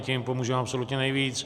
Tím pomůžeme absolutně nejvíc.